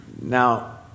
Now